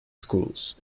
schools